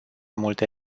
multe